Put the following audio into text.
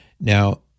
Now